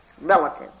relative